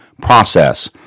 process